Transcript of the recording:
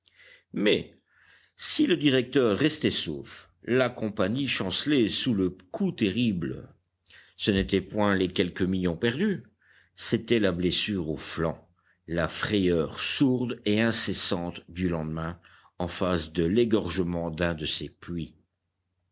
mais si le directeur restait sauf la compagnie chancelait sous le coup terrible ce n'étaient point les quelques millions perdus c'était la blessure au flanc la frayeur sourde et incessante du lendemain en face de l'égorgement d'un de ses puits